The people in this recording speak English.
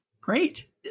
Great